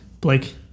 Blake